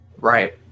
Right